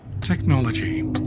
Technology